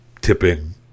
tipping